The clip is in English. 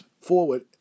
forward